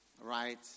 Right